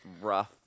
rough